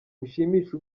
mushimishe